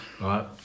Right